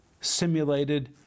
simulated